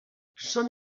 són